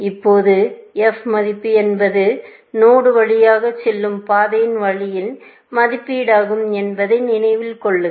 இப்போது f மதிப்பு என்பது நோடு வழியாக செல்லும் பாதையின் விலையின் மதிப்பீடாகும் என்பதை நினைவில் கொள்க